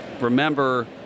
remember